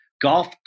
Golf